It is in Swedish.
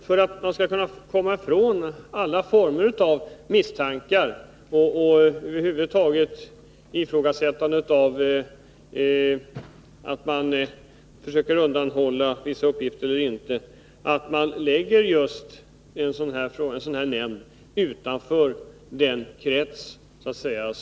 För att komma ifrån alla former av misstankar och över huvud taget ifrågasättandet av försök att undanhålla vissa uppgifter bör en sådan här nämnd läggas utanför den krets som avses.